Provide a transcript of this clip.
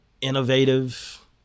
innovative